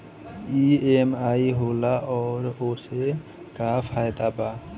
EMI का होला और ओसे का फायदा बा?